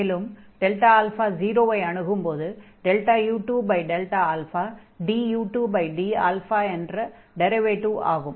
மேலும் α 0 ஐ அணுகும்போது u2Δα du2d என்ற டிரைவேடிவ் ஆகும்